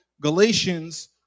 Galatians